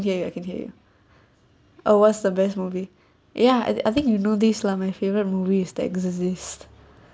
hear you I can hear you uh what's the best movie ya I I think you know this lah my favorite movie is the exorcist